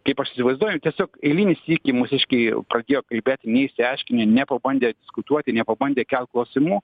kaip aš įsivaizduoju tiesiog eilinį sykį mūsiškiai pradėjo kalbėti neišsiaiškinę nepabandę diskutuoti nepabandę kelt klausimų